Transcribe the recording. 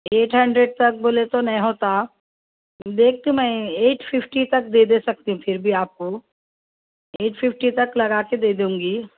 at hundred تک بولے تو نہیں ہوتا دیکھ کے میں ایٹ ففٹی تک دے دے سکتی پھر بھی آپ کو ایٹ ففٹی تک لگا کے دے دوں گی